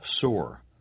sore